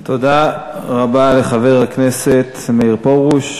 תודה רבה לחבר הכנסת מאיר פרוש.